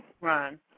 Ron